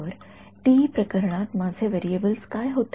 तर टीई प्रकरणात माझे व्हेरिएबल्स काय आहेत